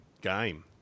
game